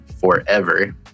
forever